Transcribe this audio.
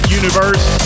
universe